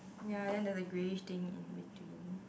ya then there's a greyish thing in between